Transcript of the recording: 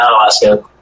Alaska